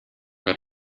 got